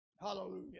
Hallelujah